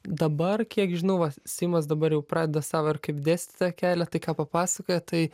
dabar kiek žinau va simas dabar jau pradeda savo ir kaip dėstytojo kelią tai ką papasakojo tai